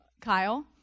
Kyle